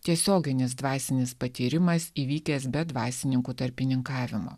tiesioginis dvasinis patyrimas įvykęs be dvasininkų tarpininkavimo